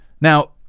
Now